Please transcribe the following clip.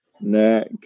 neck